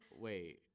Wait